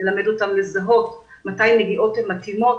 נלמד אותם לזהות מתי נגיעות הן מתאימות,